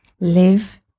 live